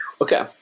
Okay